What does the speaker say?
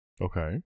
Okay